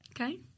Okay